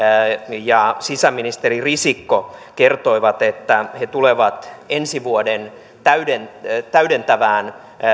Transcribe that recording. ja sisäministeri risikko kertoivat että he tulevat ensi vuoden täydentävään täydentävään